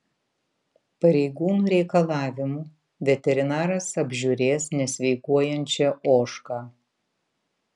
pareigūnų reikalavimu veterinaras apžiūrės nesveikuojančią ožką